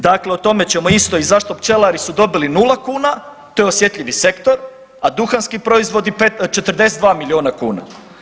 Dakle, o tome ćemo isto i zašto pčelari su dobili nula kuna, to je osjetljivi sektor, a duhanski proizvodi 42 milijuna kuna.